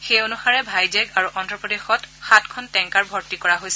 সেই অনুসাৰে ভাইজেগ আৰু অন্ধ্ৰপ্ৰদেশত সাতখন টেংকাৰ ভৰ্তি কৰা হৈছিল